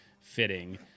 fitting